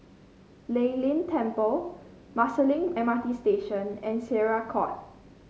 Lei Yin Temple Marsiling M R T Station and Syariah Court